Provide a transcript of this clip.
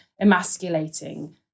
emasculating